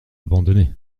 abandonnée